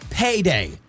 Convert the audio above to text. Payday